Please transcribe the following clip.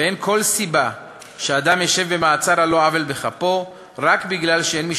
ואין כל סיבה שאדם ישב במעצר על לא עוול בכפו רק משום שאין מי